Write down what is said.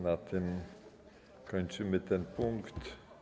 Na tym kończymy ten punkt.